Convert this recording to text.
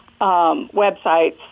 websites